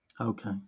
Okay